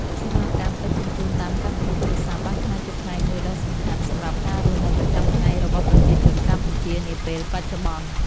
សេវាកម្មដឹកជញ្ជូនតាមកម្មវិធីទូរស័ព្ទបានក្លាយជាផ្នែកមួយដ៏សំខាន់សម្រាប់ការរស់នៅប្រចាំថ្ងៃរបស់ប្រជាជនកម្ពុជានាពេលបច្ចុប្បន្ន។